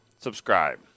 subscribe